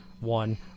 one